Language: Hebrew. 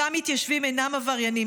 אותם מתיישבים אינם עבריינים.